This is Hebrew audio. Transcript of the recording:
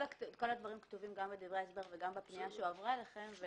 כל הדברים כתובים גם בדברי ההסבר וגם בפנייה שהועברה אליכם.